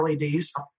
LEDs